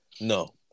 No